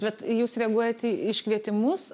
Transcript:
bet jūs reaguojat į iškvietimus